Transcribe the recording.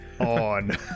on